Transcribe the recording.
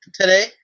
today